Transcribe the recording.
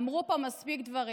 אמרו פה מספיק דברים.